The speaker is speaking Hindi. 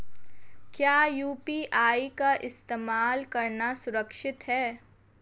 क्या यू.पी.आई का इस्तेमाल करना सुरक्षित है?